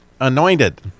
anointed